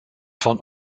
von